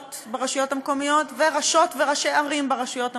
ברשויות המקומיות וראשות וראשי ערים ברשויות המקומיות.